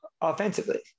offensively